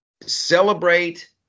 Celebrate